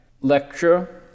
lecture